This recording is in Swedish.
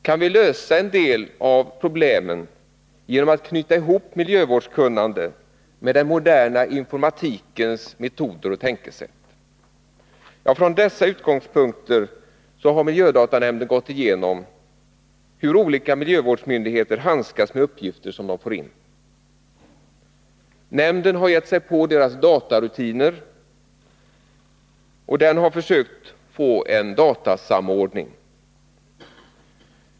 Kan vi lösa en del problem genom att knyta ihop miljövårdskunnande med den moderna informatikens metoder och tänkesätt? Från dessa utgångspunkter har miljödatanämnden gått igenom hur olika miljövårdsmyndigheter handskas med uppgifter som de får in. Nämnden har gett sig på deras datarutiner och den har försökt få till stånd en datasamordning.